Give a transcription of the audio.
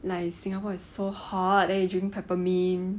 like singapore is so hot then you drink peppermint